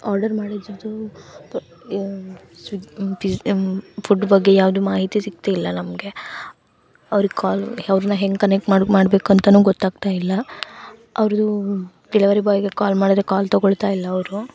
order ಮಾಡಿದ್ರದ್ದು ಪ Swiggy pizza food ಬಗ್ಗೆ ಯಾವುದೂ ಮಾಹಿತಿ ಸಿಗ್ತಿಲ್ಲ ನಮಗೆ ಅವ್ರಿಗೆ ಕಾಲ್ ಅವ್ರನ್ನ ಹೆಂಗೆ ಕನೆಕ್ಟ್ ಮಾಡಿ ಮಾಡಬೇಕು ಅಂತಲೂ ಗೊತ್ತಾಗ್ತಾ ಇಲ್ಲ ಅವ್ರದ್ದು ಡಿಲೆವರಿ ಬಾಯ್ಗೆ ಕಾಲ್ ಮಾಡಿದ್ರೆ ಕಾಲ್ ತಗೊಳ್ತಾ ಇಲ್ಲ ಅವರು